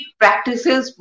practices